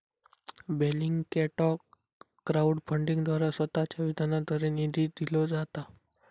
बेलिंगकॅटाक क्राउड फंडिंगद्वारा स्वतःच्या विधानाद्वारे निधी दिलो जाता